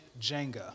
Jenga